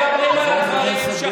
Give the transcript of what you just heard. מדברים על הדברים, חברת הכנסת גולן.